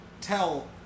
tell